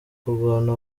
kurwana